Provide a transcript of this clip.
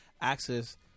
access